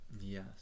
Yes